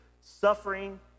suffering